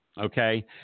Okay